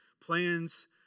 Plans